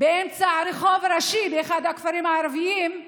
באמצע רחוב ראשי באחד הכפרים הערביים,